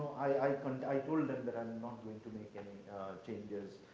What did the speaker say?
i and i told them that i'm not going to make any changes.